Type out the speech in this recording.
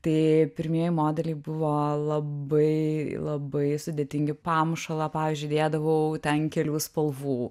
tai pirmieji modeliai buvo labai labai sudėtingi pamušalą pavyzdžiui dėdavau ten kelių spalvų